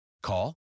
Call